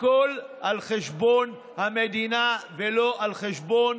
הכול על חשבון המדינה ולא על חשבון